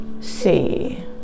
See